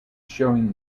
showing